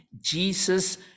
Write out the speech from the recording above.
Jesus